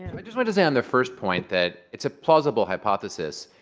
but just want to say on the first point that it's a plausible hypothesis.